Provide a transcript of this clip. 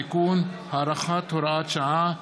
(תיקון) (הארכת הוראת שעה),